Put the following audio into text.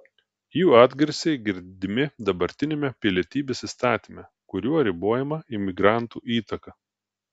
jų atgarsiai girdimi dabartiniame pilietybės įstatyme kuriuo ribojama imigrantų įtaka